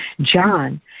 John